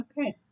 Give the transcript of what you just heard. Okay